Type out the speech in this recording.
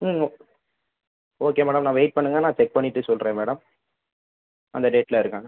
ஆமாம் okay madam நான் wait பண்ணுங்கல் நான் செக் பண்ணிவிட்டு சொல்கிறேன் மேடம் அந்த டேட்டில் இருக்கான்னு